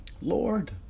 Lord